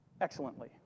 excellently